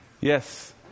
Yes